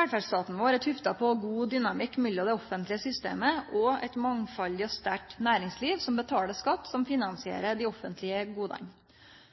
Velferdsstaten vår er tufta på god dynamikk mellom det offentlege systemet og eit mangfaldig og sterkt næringsliv som betaler skatt som finansierer dei offentlege